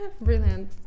Brilliant